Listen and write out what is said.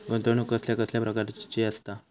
गुंतवणूक कसल्या कसल्या प्रकाराची असता?